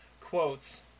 quotes